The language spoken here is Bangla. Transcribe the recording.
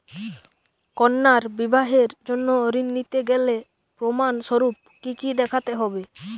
কন্যার বিবাহের জন্য ঋণ নিতে গেলে প্রমাণ স্বরূপ কী কী দেখাতে হবে?